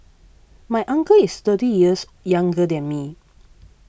my uncle is thirty years younger than me